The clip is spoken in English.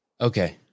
Okay